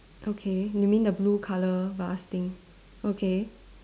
okay you mean the blue colour vase thing okay